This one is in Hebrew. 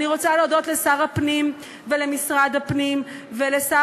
אני רוצה להודות לשר הפנים ולמשרד הפנים ולשר